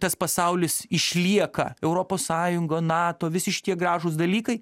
tas pasaulis išlieka europos sąjunga nato visi šitie gražūs dalykai